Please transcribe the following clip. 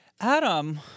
Adam